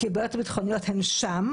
כי הבעיות הביטחוניות הן שם.